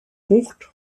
bucht